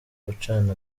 gucana